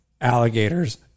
alligators